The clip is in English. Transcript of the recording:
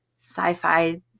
sci-fi